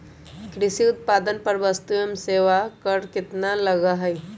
कृषि उत्पादन पर वस्तु एवं सेवा कर कितना लगा हई?